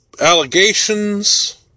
allegations